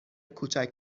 کوچک